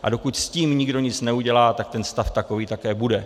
A dokud s tím nikdo nic neudělá, tak ten stav takový také bude.